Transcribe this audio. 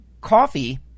coffee